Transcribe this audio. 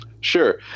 sure